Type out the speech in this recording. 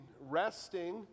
resting